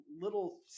little